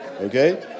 Okay